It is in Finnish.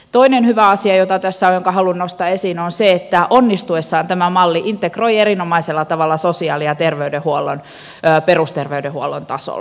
toinen hyvä asia joka tässä on ja jonka haluan nostaa esiin on se että onnistuessaan tämä malli integroi erinomaisella tavalla sosiaali ja terveydenhuollon perusterveydenhuollon tasolla